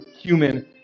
human